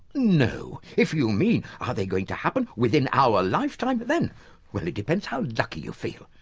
no. if you mean, are they going to happen within our lifetime? but then well, it depends how lucky you feel.